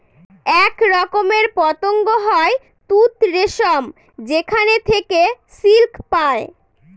এক রকমের পতঙ্গ হয় তুত রেশম যেখানে থেকে সিল্ক পায়